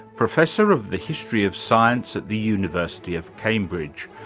professor of the history of science at the university of cambridge,